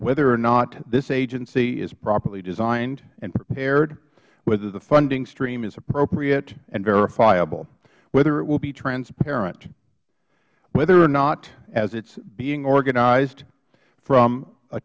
whether or not this agency is properly designed and prepared whether the funding stream is appropriate and verifiable whether it will be transparent whether or not as it is being organized from